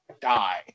die